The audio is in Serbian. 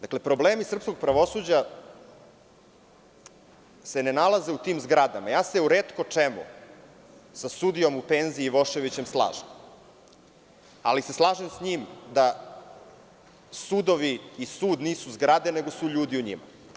Dakle, problemi srpskog pravosuđa se ne nalaze u tim zgradama, ja se u retko čemu sa sudijom Ivoševićem slažem, ali se slažem sa njim da sudovi i sud nisu zgrade nego su ljudi u njima.